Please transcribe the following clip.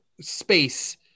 space